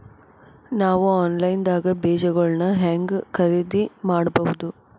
ನಾವು ಆನ್ಲೈನ್ ದಾಗ ಬೇಜಗೊಳ್ನ ಹ್ಯಾಂಗ್ ಖರೇದಿ ಮಾಡಬಹುದು?